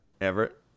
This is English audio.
Everett